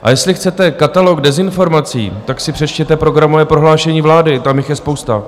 A jestli chcete katalog dezinformací, tak si přečtěte programové prohlášení vlády, tam jich je spousta.